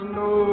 no